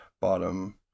bottom